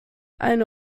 eine